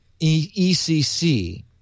ECC